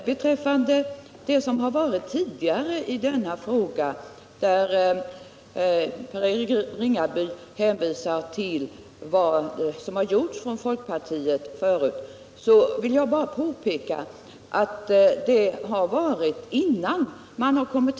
Herr talman! Herr Ringaby hänvisar till vad folkpartiet förut har gjort i denna fråga.